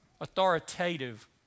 authoritative